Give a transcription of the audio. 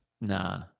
Nah